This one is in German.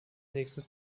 nächstes